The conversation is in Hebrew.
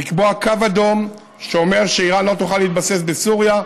לקבוע קו אדום שאומר שאיראן לא תוכל להתבסס בסוריה,